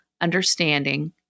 understanding